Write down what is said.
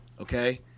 okay